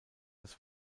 das